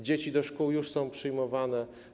Dzieci do szkół już są przyjmowane.